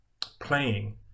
playing